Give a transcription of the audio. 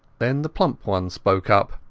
then the plump one spoke up.